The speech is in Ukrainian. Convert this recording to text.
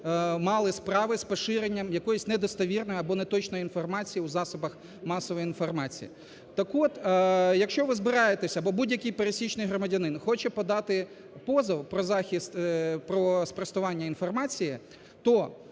мали справи з поширенням якоїсь недостовірної або неточної інформації у засобах масової інформації. Так от, якщо ви збираєтесь або будь-який пересічний громадянин хоче подати позов про захист… про спростування інформації, то